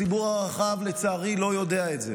הציבור הרחב, לצערי, לא יודע את זה.